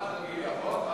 אזרח רגיל יכול,